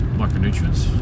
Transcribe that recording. micronutrients